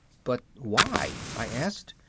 but why? i asked.